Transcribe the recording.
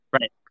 Right